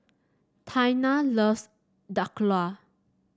Taina loves Dhokla